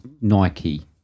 Nike